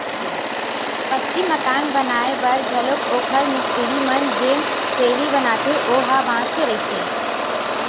पक्की मकान बनाए बर घलोक ओखर मिस्तिरी मन जेन चइली बनाथे ओ ह बांस के रहिथे